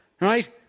Right